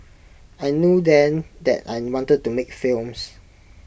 I knew then that I wanted to make films